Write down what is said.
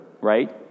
right